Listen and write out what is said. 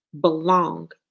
belong